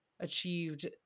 achieved